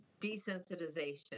desensitization